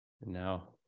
now